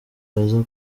baza